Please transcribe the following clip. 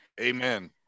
Amen